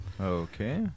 Okay